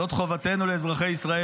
זאת חובתנו לאזרחי ישראל.